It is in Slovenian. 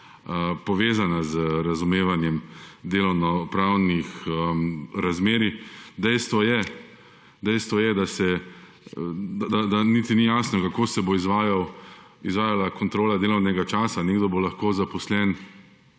povezana z razumevanjem delovno-pravnih razmerij. Dejstvo je, da niti ni jasno kako se bo izvajala kontrola delovnega časa. Nekdo bo lahko zaposlen